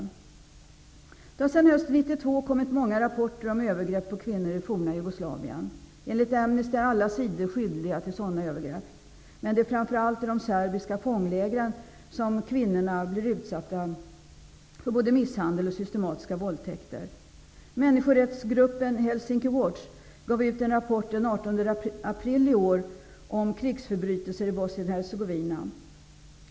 Sedan hösten 1992 har det kommit många rapporter om övergrepp på kvinnor i det forna Jugoslavien. Enligt Amnesty är alla sidor skyldiga till sådana övergrepp, men det är framför allt i de serbiska fånglägren som kvinnorna blir utsatta för både misshandel och systematiska våldtäker. Människorättsgruppen Helsinki Watch gav ut en rapport den 18 april i år om krigsförbrytelser i Bosnien-Hercegovina.